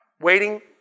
Waiting